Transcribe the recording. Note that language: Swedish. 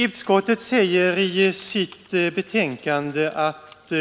Utskottet säger i sitt betänkande att